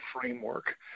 framework